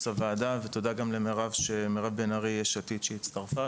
הוועדה ותודה גם למירב בן ארי שהצטרפה,